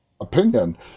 opinion